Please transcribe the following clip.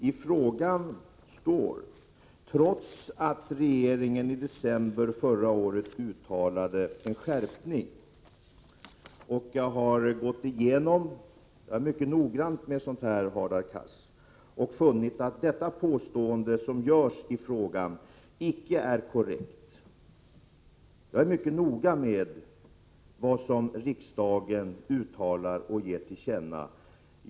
Fru talman! I frågan står ”trots att riksdagen i december förra året till regeringen uttalade en skärpning vad gäller åtgärder mot olovlig underrättelseverksamhet”. Jag har gått igenom detta — jag är mycket noggrann med sådant, Hadar Cars — och funnit att påståendet om riksdagens uttalande icke är korrekt. Jag är mycket noga med vad riksdagen uttalar och ger till känna.